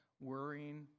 worrying